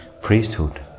priesthood